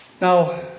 Now